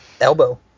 elbow